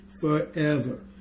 forever